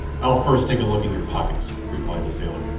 i'll first take a look in your pockets, replied the sailor.